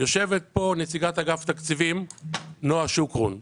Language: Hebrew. ויושבת פה נציגת אגף תקציבים נועה שוקרון.